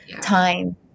time